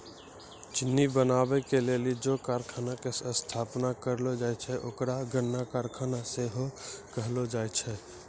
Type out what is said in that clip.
चिन्नी बनाबै के लेली जे कारखाना के स्थापना करलो जाय छै ओकरा गन्ना कारखाना सेहो कहलो जाय छै